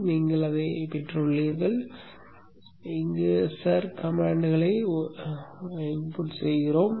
எனவே நீங்கள் அதைப் பெற்றுள்ளீர்கள் சர் கட்டளைகளை உள்ளிடுவோம்